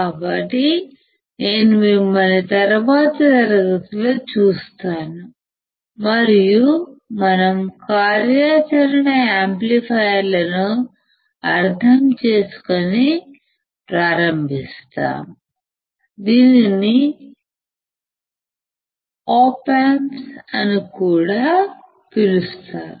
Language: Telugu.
కాబట్టి నేను మిమ్మల్ని తరువాతి తరగతిలో చూస్తాను మరియు మనం కార్యాచరణ యాంప్లిఫైయర్లను అర్థం చేసుకోవడం ప్రారంభిస్తాము దీనిని ఆప్ అంప్ ఆంప్స్ అని కూడా పిలుస్తారు